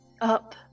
up